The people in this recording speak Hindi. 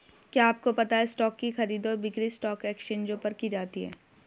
क्या आपको पता है स्टॉक की खरीद और बिक्री स्टॉक एक्सचेंजों पर की जाती है?